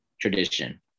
tradition